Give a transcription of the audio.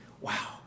Wow